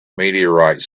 meteorites